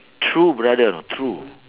true brother know true